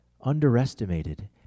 underestimated